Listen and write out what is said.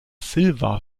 silva